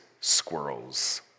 squirrels